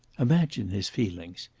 imagine his feelings!